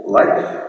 life